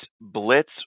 Blitz